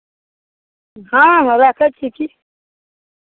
हँ हँ राखै छी की